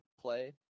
play